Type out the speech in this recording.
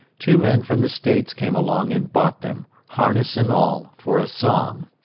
two men from the states came along and bought them, harness and all, for a song.